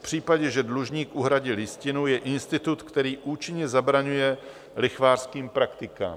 V případě, že dlužník uhradil jistinu, je to institut, který účinně zabraňuje lichvářským praktikám.